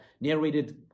narrated